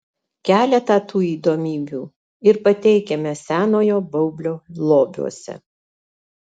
keletą tų įdomybių ir pateikiame senojo baublio lobiuose